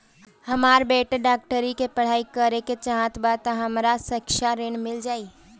हमर बेटा डाक्टरी के पढ़ाई करेके चाहत बा त हमरा शिक्षा ऋण मिल जाई?